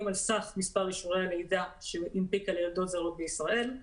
על סך מספר אישורי הלידה שהנפיקה ליולדות זרות בישראל,